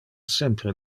sempre